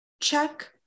check